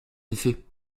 effet